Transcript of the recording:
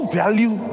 value